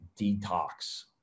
detox